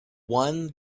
one